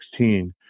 2016